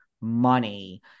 money